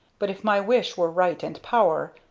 but if my wish were right and power,